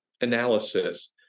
Analysis